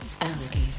alligator